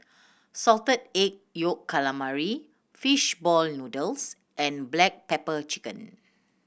Salted Egg Yolk Calamari fish ball noodles and black pepper chicken